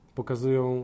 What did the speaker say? pokazują